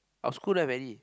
our school don't have any